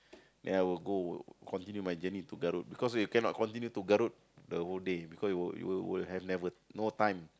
ya we'll go continue my journey to Garut because we cannot continue to Garut the whole day because it will it will it will have never no time